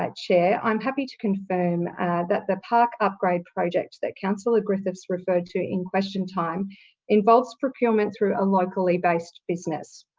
chair. i'm happy to confirm that the park upgrade project that councillor griffiths referred to in question time involves procurement through a locally based business.